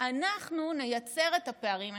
אנחנו נייצר את הפערים מחדש.